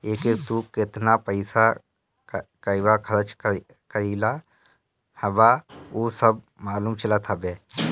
एके तू केतना पईसा कहंवा खरच कईले हवअ उ सब मालूम चलत हवे